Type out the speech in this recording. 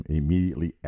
immediately